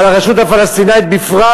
על הרשות הפלסטינית בפרט.